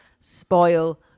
spoil